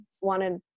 wanted